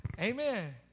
Amen